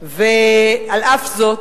על אף זאת,